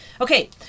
Okay